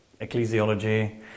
ecclesiology